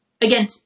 again